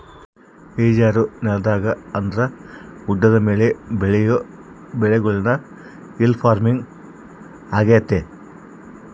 ಇಳಿಜಾರು ನೆಲದಾಗ ಅಂದ್ರ ಗುಡ್ಡದ ಮೇಲೆ ಬೆಳಿಯೊ ಬೆಳೆಗುಳ್ನ ಹಿಲ್ ಪಾರ್ಮಿಂಗ್ ಆಗ್ಯತೆ